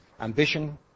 ambition